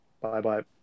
Bye-bye